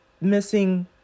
missing